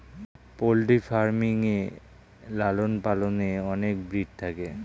poultry farming এ লালন পালনে অনেক ব্রিড থাকে